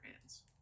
hands